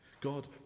God